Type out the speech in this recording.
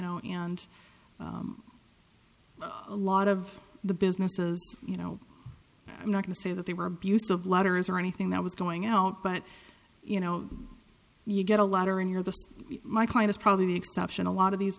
know and a lot of the businesses you know i'm not going to say that they were abusive letters or anything that was going out but you know you get a lot are and you're the my client is probably the exception a lot of these